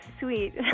sweet